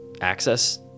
access